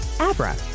Abra